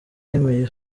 yemeye